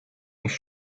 nicht